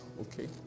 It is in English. okay